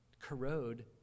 corrode